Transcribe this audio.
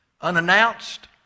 Unannounced